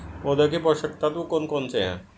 पौधों के पोषक तत्व कौन कौन से हैं?